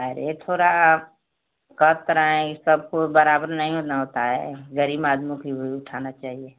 अरे थोड़ा कर तो रहे हैं ये सबको बराबर नहीं ना होता है गरीब आदमों की उठाना चाहिए